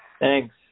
Thanks